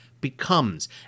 becomes